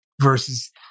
versus